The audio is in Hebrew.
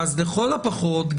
אז לכל הפחות,